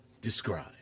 describe